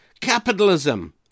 Capitalism